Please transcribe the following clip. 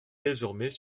désormais